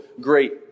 great